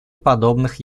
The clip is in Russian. подобных